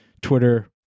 Twitter